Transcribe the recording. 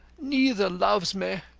neither loves me.